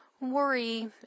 Worry